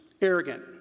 arrogant